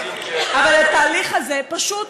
אבל התהליך הזה פשוט,